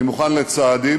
אני מוכן לצעדים,